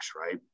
right